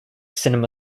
cinema